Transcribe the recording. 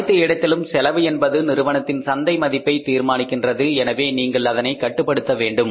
அனைத்து இடத்திலும் செலவு என்பது நிறுவனத்தின் சந்தை மதிப்பை தீர்மானிக்கின்றது எனவே நீங்கள் அதனை கட்டுப்படுத்த வேண்டும்